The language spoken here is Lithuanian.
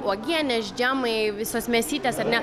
uogienės džemai visos mėsytės ar ne